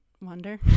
wonder